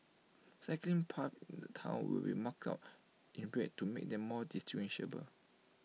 cycling paths in the Town will be marked out in red to make them more distinguishable